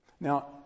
Now